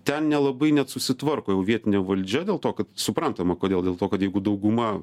ten nelabai net susitvarko jau vietinė valdžia dėl to kad suprantama kodėl dėl to kad jeigu dauguma